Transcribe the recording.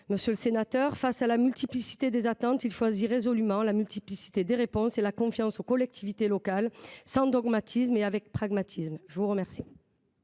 de la crise : face à la multiplicité des attentes, il choisit résolument la multiplicité des réponses et la confiance aux collectivités locales, sans dogmatisme et avec pragmatisme. La parole